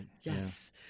Yes